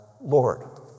Lord